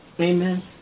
Amen